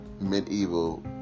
medieval